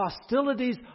hostilities